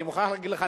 אני מוכרח להגיד לך,